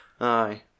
Aye